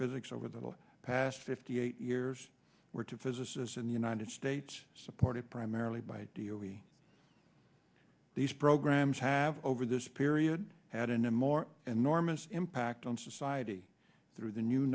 physics over the past fifty eight years were to physicists in the united states supported primarily by d o b these programs have over this period had an in more and norma's impact on society through the new